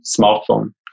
smartphone